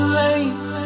late